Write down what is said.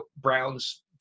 Browns